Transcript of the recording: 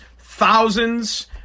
thousands